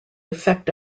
effect